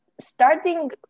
starting